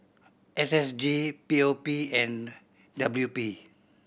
S S G P O P and W P